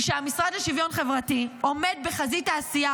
היא שהמשרד לשוויון חברתי עומד בחזית העשייה